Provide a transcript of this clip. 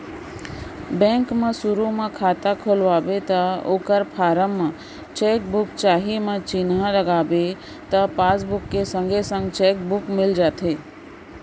bank म सुरू म खाता खोलवाबे त ओकर फारम म चेक बुक चाही म चिन्हा करबे त पासबुक के संगे संग चेक बुक मिल जाथे